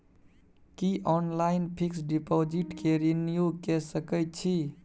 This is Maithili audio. की ऑनलाइन फिक्स डिपॉजिट के रिन्यू के सकै छी?